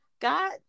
god